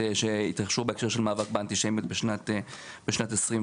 שהתרחשו בהקשר של המאבק באנטישמיות בשנת 2022,